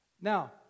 Now